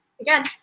again